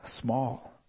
small